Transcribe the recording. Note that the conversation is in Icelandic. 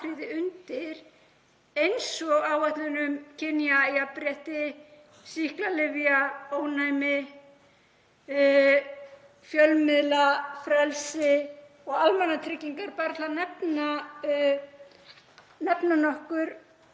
eins og áætlun um kynjajafnrétti, sýklalyfjaónæmi, fjölmiðlafrelsi og almannatryggingar, bara til að nefna nokkur